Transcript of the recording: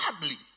Badly